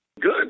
Good